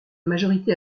majorité